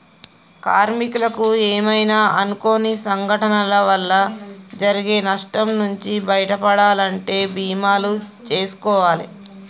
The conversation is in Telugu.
కార్మికులకు ఏమైనా అనుకోని సంఘటనల వల్ల జరిగే నష్టం నుంచి బయటపడాలంటే బీమాలు జేసుకోవాలే